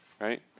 right